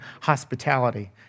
hospitality